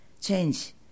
change